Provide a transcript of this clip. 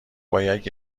باید